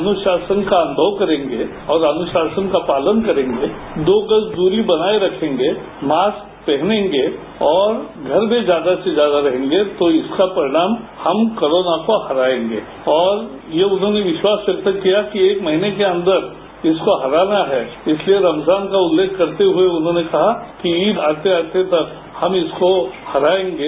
अनुशासन का अनुमव करेंगे और अनुशासन का पालन करेंगे दो गज दूरी बनाए रखेंगे मास्क पहनेंगे और घर में ज्यादा से ज्यादा रहेंगे तो इसका परिणाम हम कोरोना को हराएंगे और ये उन्होंने विश्वास व्यक्त किया कि एक महीने के अंदर इसको हराना है इसलिए रमजान का उल्लेख करते हुए उन्होंने कहा कि ईद आते आते तक हम इसको हराएंगे